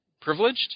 privileged